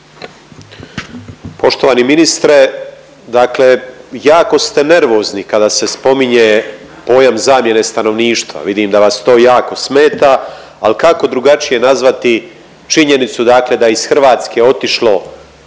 Poštovani ministre dakle jako ste nervozni kada se spominje pojam zamjene stanovništva vidim da vas to jako smeta, ali kako drugačije nazvati činjenicu dakle da je iz Hrvatske otišlo